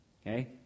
Okay